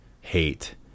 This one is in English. hate